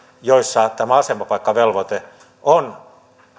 joissa tämä asemapaikkavelvoite on